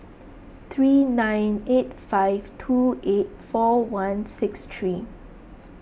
three nine eight five two eight four one six three